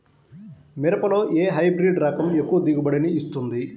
మిరపలో ఏ హైబ్రిడ్ రకం ఎక్కువ దిగుబడిని ఇస్తుంది?